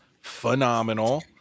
phenomenal